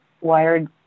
wired